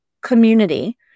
community